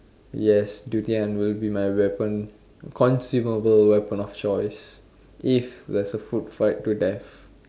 yes durian will be my weapon consumable weapon of choice if there is a food fight to death